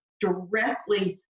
directly